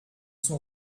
sont